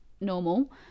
normal